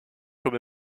comme